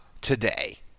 today